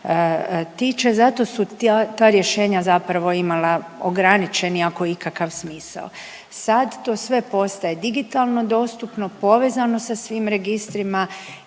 tiče zato su ta rješenja zapravo imala ograničeni ako ikakav smisao. Sad to sve postaje digitalno dostupno, povezano sa svim registrima